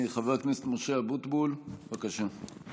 חבר הכנסת משה אבוטבול, בבקשה.